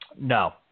No